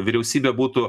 vyriausybė būtų